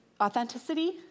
authenticity